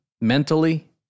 mentally